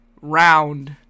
round